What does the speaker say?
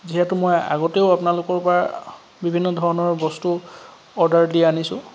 যিহেতু মই আগতেও আপোনালোকৰ পৰা বিভিন্ন ধৰণৰ বস্তু অৰ্ডাৰ দি আনিছোঁ